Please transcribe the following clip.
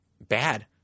bad